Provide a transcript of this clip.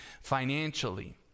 financially